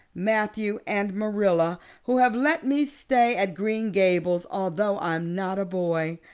matthew and marilla, who have let me stay at green gables although i'm not a boy.